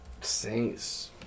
Saints